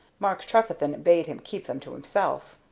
mark trefethen bade him keep them to himself.